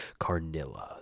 Carnilla